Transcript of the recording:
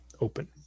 open